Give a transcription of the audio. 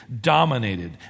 dominated